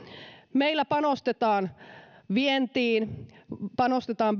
meillä panostetaan vientiin panostetaan